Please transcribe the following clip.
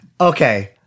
Okay